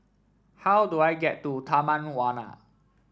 how do I get to Taman Warna